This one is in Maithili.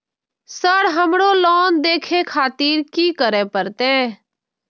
सर हमरो लोन देखें खातिर की करें परतें?